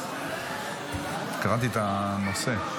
קראתי את הנושא.